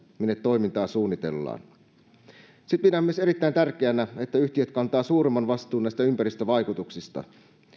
minne toimintaa suunnitellaan sitten pidän myös erittäin tärkeänä että yhtiöt kantavat suuremman vastuun näistä ympäristövaikutuksista